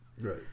Right